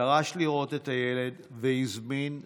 דרש לראות את הילד והזמין שוטר.